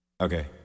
Okay